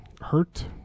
hurt